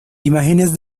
imágenes